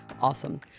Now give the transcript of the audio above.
awesome